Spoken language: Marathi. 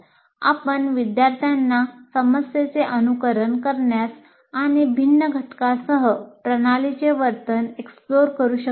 आपण विद्यार्थ्यांना समस्येचे अनुकरण करण्यास आणि भिन्न घटकासह प्रणालीचे वर्तन एक्सप्लोर करू शकता